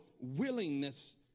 willingness